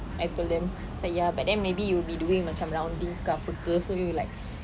I told them I was like ya but then maybe you'll be doing macam roundings ke apa ke so you like